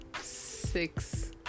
six